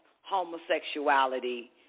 homosexuality